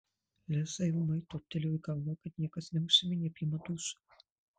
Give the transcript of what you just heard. lizai ūmai toptelėjo į galvą kad niekas neužsiminė apie madų šou